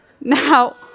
Now